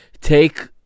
take